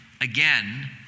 again